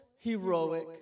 heroic